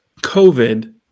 COVID